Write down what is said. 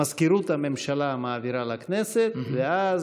מזכירות הממשלה מעבירה לכנסת, ואז,